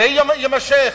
זה יימשך,